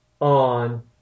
on